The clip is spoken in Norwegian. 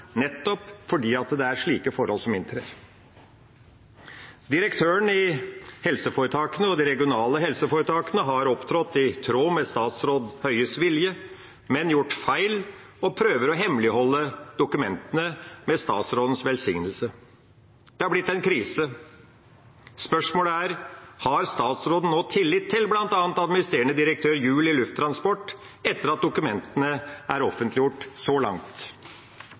nettopp fordi det er slike forhold som inntreffer. Direktøren i helseforetakene og i de regionale helseforetakene har opptrådt i tråd med statsråd Høies vilje, men gjort feil og prøver å hemmeligholde dokumentene, med statsrådens velsignelse. Det har blitt en krise. Spørsmålet er: Har statsråden nå tillit til bl.a. administrerende direktør Juell i Luftambulansetjenesten etter at dokumentene er offentliggjort, så langt?